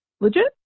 legit